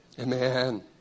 Amen